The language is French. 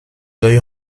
œil